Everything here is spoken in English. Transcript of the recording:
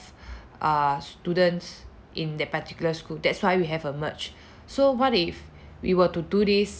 err students in that particular school that's why we have a merge so what if we were to do this